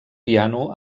piano